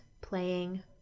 playing